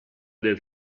del